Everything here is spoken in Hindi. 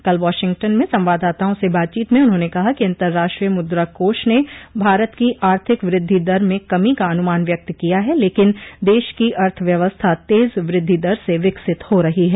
कल वाशिंगटन में संवाददाताओं से बातचीत में उन्होंने कहा कि अंतराष्ट्रीय मुद्राकोष ने भारत की आर्थिक वृद्धि दर में कमी का अनुमान व्यक्त किया है लेकिन देश की अर्थव्यवस्था तेज वृद्धि दर से विकसित हो रही है